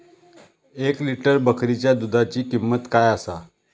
एक लिटर बकरीच्या दुधाची किंमत काय आसा?